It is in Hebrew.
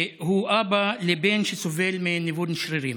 הוא אבא לבן שסובל מניוון שרירים.